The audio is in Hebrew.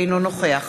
אינו נוכח